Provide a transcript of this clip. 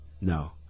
No